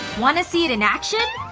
wanna see it in action?